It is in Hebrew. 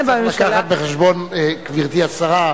צריך להביא בחשבון, גברתי השרה,